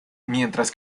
mientras